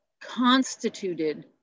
constituted